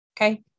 okay